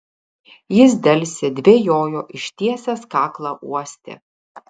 jis delsė dvejojo ištiesęs kaklą uostė